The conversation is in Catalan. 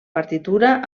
partitura